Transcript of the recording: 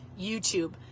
YouTube